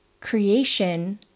creation